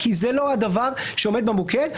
כי זה לא הדבר שעומד במוקד.